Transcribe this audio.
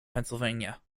pennsylvania